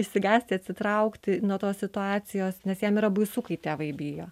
išsigąsti atsitraukti nuo tos situacijos nes jam yra baisu kai tėvai bijo